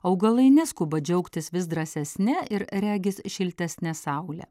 augalai neskuba džiaugtis vis drąsesne ir regis šiltesne saule